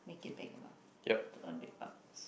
make it big lah to earn big bucks